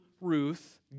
Ruth